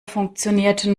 funktionierten